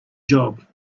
job